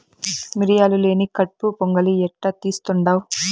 మిరియాలు లేని కట్పు పొంగలి ఎట్టా తీస్తుండావ్